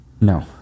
No